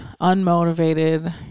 unmotivated